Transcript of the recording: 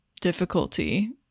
difficulty